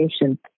patient